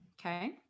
Okay